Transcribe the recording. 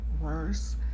worse